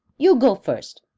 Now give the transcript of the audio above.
you go first.